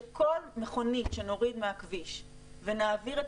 שכל מכונית שנוריד מהכביש ונעביר את